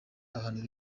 abantu